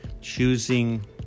choosing